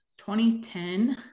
2010